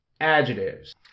Adjectives